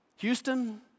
Houston